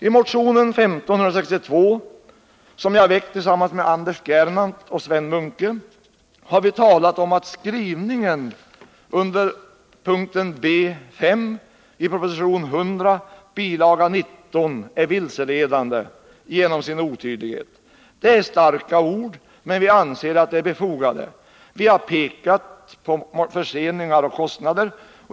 I motion 1562, som jag har väckt tillsammans med Anders Gernandt och Sven Munke, har vi talat om att skrivningen under punkt B 5 i proposition 1979/80:100, bil. 19, är vilseledande genom sin otydlighet. Det är starka ord, men vi anser att de är befogade. Vi har pekat på förseningar och kostnader.